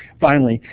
finally,